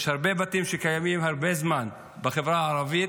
יש הרבה בתים שקיימים הרבה זמן בחברה הערבית,